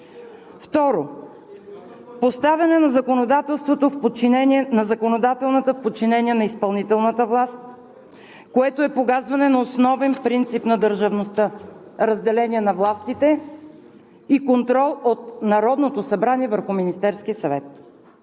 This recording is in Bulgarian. Второ – поставяне на законодателната власт в подчинение на изпълнителната, което е погазване на основен принцип на държавността – разделение на властите и контрол от Народното събрание върху Министерския съвет.